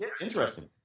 interesting